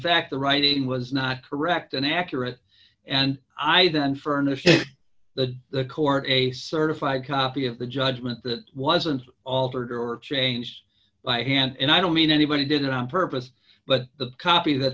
fact the writing was not correct and accurate and i then furnished the the court a certified copy of the judgment that wasn't altered or changed by hand and i don't mean anybody did it on purpose but the copy that